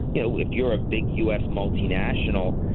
you know, if you're a big u s. multinational,